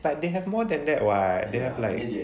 but they have more than that [what] they have like